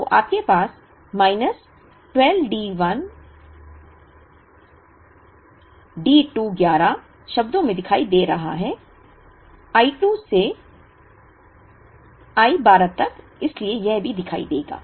तो आपके पास माइनस 12 D 1 D 2 11 शब्दों में दिखाई दे रहा है I 2 से I 12 तक इसलिए यह भी दिखाई देगा